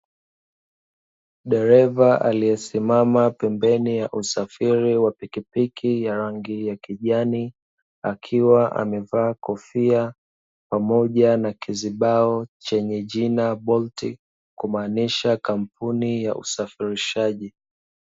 Dereva aliyesimama pembeni ya usafiri wa pikipiki ya rangi ya kijani, akiwa amevaa kofia pamoja na kizibao chenye jina "Bolt", kumaanisha kampuni ya usafirishaji.